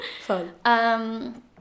Fun